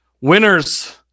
Winners